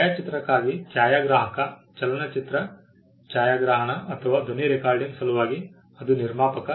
ಛಾಯಾಚಿತ್ರಕ್ಕಾಗಿ ಛಾಯಾಗ್ರಾಹಕ ಚಲನಚಿತ್ರ ಛಾಯಾಗ್ರಹಣ ಅಥವಾ ಧ್ವನಿ ರೆಕಾರ್ಡಿಂಗ್ ಸಲುವಾಗಿ ಅದು ನಿರ್ಮಾಪಕ